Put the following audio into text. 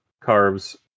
carves